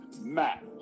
Matt